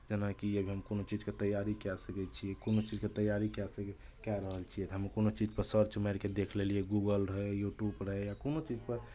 जेनाकि आब हम कोनो चीजके तैयारी कए सकै छियै कोनो चीजके तैयारी कए सकै कए रहल छियै तऽ हमे कोनो चीजपर सर्च मारि कऽ देख लेलियै गूगल रहै यूट्यूब रहै या कोनो चीजपर